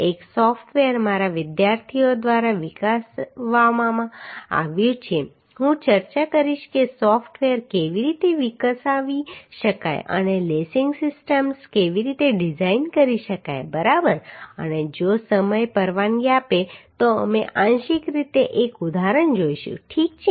એક સૉફ્ટવેર મારા વિદ્યાર્થીઓ દ્વારા વિકસાવવામાં આવ્યું છે હું ચર્ચા કરીશ કે સોફ્ટવેર કેવી રીતે વિકસાવી શકાય અને લેસિંગ સિસ્ટમ્સ કેવી રીતે ડિઝાઇન કરી શકાય બરાબર અને જો સમય પરવાનગી આપે તો અમે આંશિક રીતે એક ઉદાહરણ જોઈશું ઠીક છે